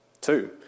Two